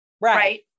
right